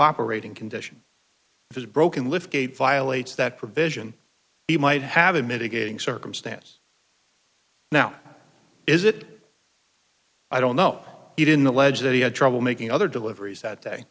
operating condition of his broken liftgate violates that provision he might have a mitigating circumstance now is it i don't know he didn't allege that he had trouble making other deliveries that day